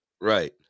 right